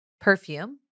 perfume